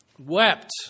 wept